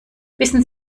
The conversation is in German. wissen